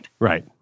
right